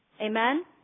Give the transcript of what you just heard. amen